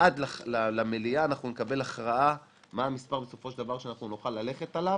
ועד למליאה נקבל הכרעה מה המס' שבסופו של דבר נוכל ללכת עליו.